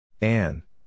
Anne